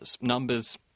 Numbers